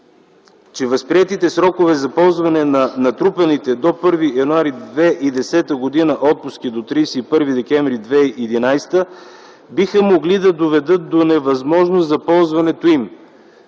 че възприетите срокове за ползване на натрупаните до 1 януари 2010 г. отпуски до 31 декември 2011 г. биха могли да доведат до невъзможност за ползването им.